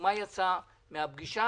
אם אנחנו נאשר את זה בצורה שהאוצר מביא את זה,